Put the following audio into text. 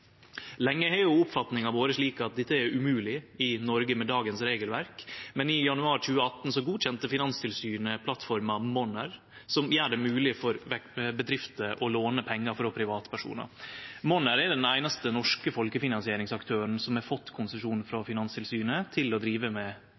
Lenge har oppfatninga vore slik at dette er umogleg i Noreg med dagens regelverk, men i januar 2018 godkjende Finanstilsynet plattforma Monner, som gjer det mogleg for bedrifter å låne pengar frå privatpersonar. Monner er den einaste norske folkefinansieringsaktøren som har fått konsesjon frå